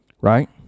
right